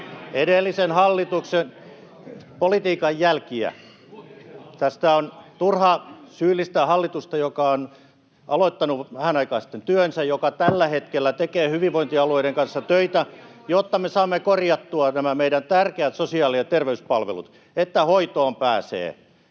edellisen hallituksen politiikan jälkiä. Tästä on turha syyllistää hallitusta, joka on aloittanut vähän aikaa sitten työnsä ja joka tällä hetkellä tekee hyvinvointialueiden kanssa töitä, jotta me saamme korjattua nämä meidän tärkeät sosiaali- ja terveyspalvelut, niin että hoitoon pääsee